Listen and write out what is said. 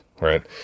right